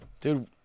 Dude